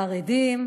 של חרדים,